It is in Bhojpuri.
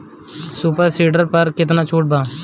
सुपर सीडर पर केतना छूट बा?